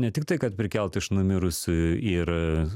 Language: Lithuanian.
ne tiktai kad prikelt iš numirusių ir